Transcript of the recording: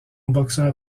boxeur